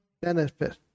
benefit